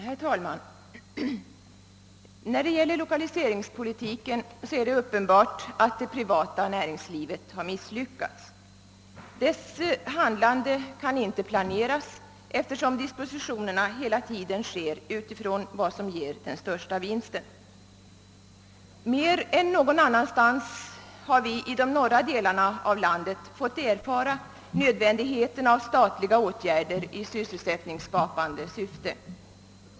Herr talman! När det gäller lokaliseringspolitiken är det uppenbart, att det privata näringslivet har misslyckats. Dess handlande kan inte planeras, eftersom dispositionerna hela tiden sker utifrån vad som ger den största vinsten. Mer än någon annanstans har vi i de norra delarna av landet fått erfara nödvändigheten av statliga åtgärder i sysselsättningsskapande syfte.